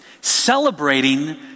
celebrating